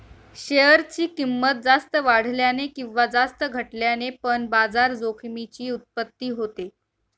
share ची किंमत जास्त वाढल्याने किंवा जास्त घटल्याने पण बाजार जोखमीची उत्पत्ती होते